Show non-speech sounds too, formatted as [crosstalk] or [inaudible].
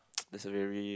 [noise] that's a very